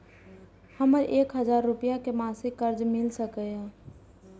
हमरा एक हजार रुपया के मासिक कर्ज मिल सकिय?